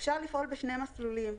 אפשר לפעול בשני מסלולים.